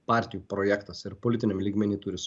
partijų projektas ir politiniam lygmeny turi